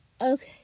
Okay